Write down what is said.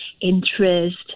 interest